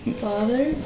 Father